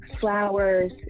flowers